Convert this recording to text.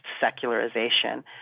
secularization